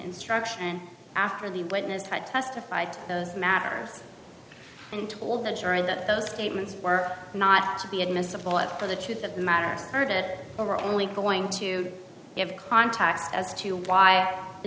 instruction and after the witness had testified to those matters and told the jury that those statements were not to be admissible after the truth of matters heard it over only going to have contact as to why the